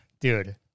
Dude